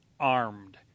armed